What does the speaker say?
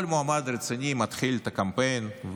כל מועמד רציני מתחיל את הקמפיין,